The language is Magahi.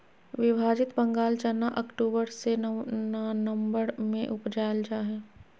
विभाजित बंगाल चना अक्टूबर से ननम्बर में उपजाल जा हइ